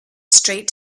straight